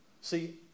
See